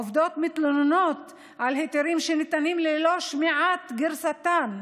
העובדות מתלוננות על היתרים שניתנים ללא שמיעת גרסתן,